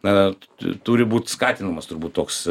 na t turi būt skatinamas turbūt toks